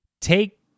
take